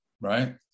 right